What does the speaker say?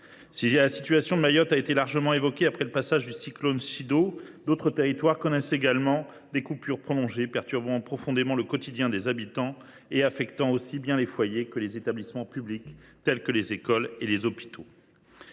Si la situation de Mayotte a été largement évoquée après le passage du cyclone Chido, d’autres territoires font également face à des coupures d’eau prolongées, qui perturbent profondément le quotidien des habitants et affectent aussi bien les foyers que les établissements publics, tels que les écoles et les hôpitaux.